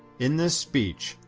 in this speech,